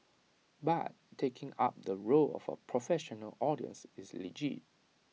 but taking up the role of A professional audience is legit